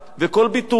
וכל ביטוי,